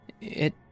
It